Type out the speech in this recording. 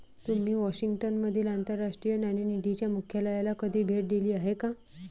तुम्ही वॉशिंग्टन मधील आंतरराष्ट्रीय नाणेनिधीच्या मुख्यालयाला कधी भेट दिली आहे का?